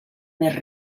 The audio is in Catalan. més